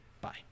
bye